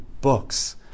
books